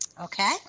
Okay